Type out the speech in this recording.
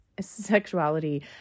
sexuality